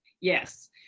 yes